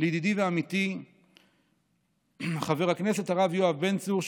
לידידי ועמיתי חבר הכנסת הרב יואב בן צור,